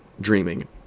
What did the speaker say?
dreaming